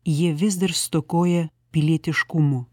jie vis dar stokoja pilietiškumu